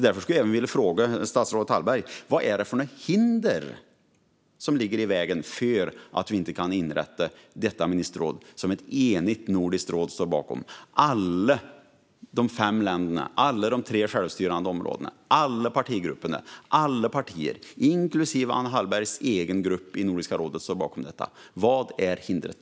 Därför vill jag fråga statsrådet Hallberg: Vilka hinder ligger i vägen för att inrätta detta ministerråd som ett enigt nordiskt råd står bakom? Alla de fem länderna, de tre självstyrande områdena och alla partigrupper, inklusive Anna Hallbergs egen grupp i Nordiska rådet, står bakom detta. Vad är hindret?